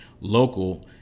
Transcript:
Local